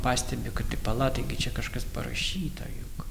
pastebi kad tai pala taigi čia kažkas parašyta juk